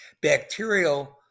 bacterial